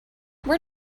where